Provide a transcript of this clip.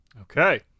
Okay